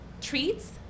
treats